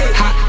hot